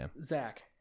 Zach